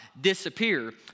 disappear